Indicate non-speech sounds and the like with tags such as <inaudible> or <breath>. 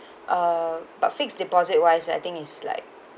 <breath> uh but fixed deposit wise I think is like